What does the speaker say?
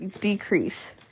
decrease